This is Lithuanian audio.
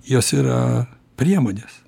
jos yra priemonės